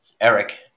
Eric